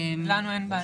לנו אין בעיה.